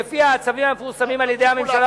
ולפיה הצווים מתפרסמים על-ידי הממשלה,